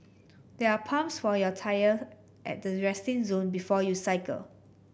there are pumps for your tyre at the resting zone before you cycle